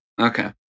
Okay